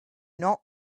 not